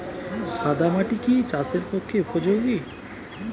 সাদা মাটি কি চাষের পক্ষে উপযোগী?